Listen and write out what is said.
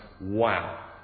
wow